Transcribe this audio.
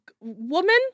woman